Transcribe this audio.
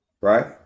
right